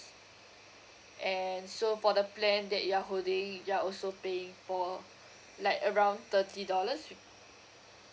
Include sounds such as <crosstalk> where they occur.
and so for the plan that you are holding you are also paying for like around thirty dollars <noise>